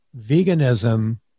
veganism